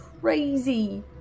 crazy